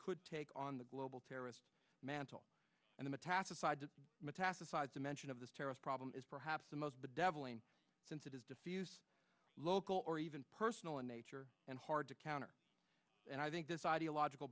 could take on the global terrorist mantle and the metastasized to metastasize dimension of this terrorist problem is perhaps the most deviling since it is local or even personal in nature and hard to counter and i think this ideological